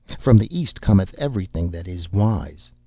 from the east cometh everything that is wise.